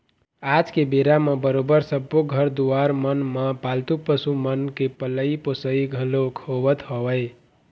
आज के बेरा म बरोबर सब्बो घर दुवार मन म पालतू पशु मन के पलई पोसई घलोक होवत हवय